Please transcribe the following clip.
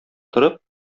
торып